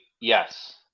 yes